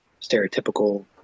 stereotypical